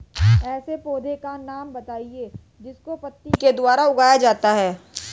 ऐसे पौधे का नाम बताइए जिसको पत्ती के द्वारा उगाया जाता है